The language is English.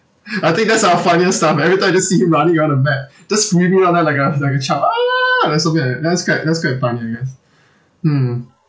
I think that's our funniest stuff every time just see him running on the map just screaming down there like a like a child then something like that that's quite that's quite funny I guess mm